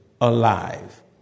alive